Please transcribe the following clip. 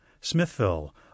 Smithville